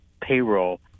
payroll